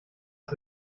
das